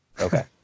Okay